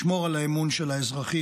לשמור על האמון של האזרחים,